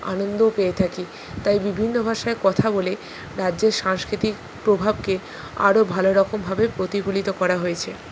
আনন্দও পেয়ে থাকি তাই বিভিন্ন ভাষায় কথা বলে রাজ্যের সাংস্কৃতিক প্রভাবকে আরও ভালো রকমভাবে প্রতিফলিত করা হয়েছে